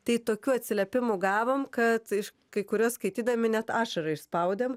tai tokių atsiliepimų gavom kad iš kai kuriuos skaitydami net ašarą išspaudėm